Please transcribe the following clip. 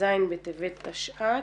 ט"ז בטבת תשע"ט.